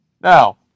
Now